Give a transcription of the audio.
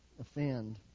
offend